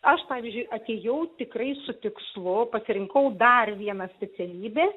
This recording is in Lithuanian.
aš pavyzdžiui atėjau tikrai su tikslu pasirinkau dar vieną specialybę